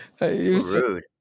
Rude